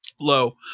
Low